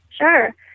Sure